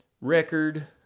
record